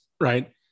Right